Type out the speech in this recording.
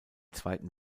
zweiten